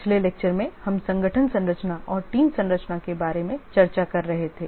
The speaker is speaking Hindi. पिछले व्याख्यान में हम संगठन संरचना और टीम संरचना के बारे में चर्चा कर रहे थे